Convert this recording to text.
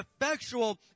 effectual